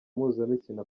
mpuzabitsina